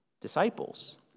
disciples